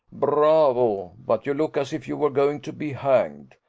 bravo but you look as if you were going to be hanged.